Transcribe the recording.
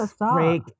break